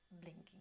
blinking